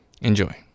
Enjoy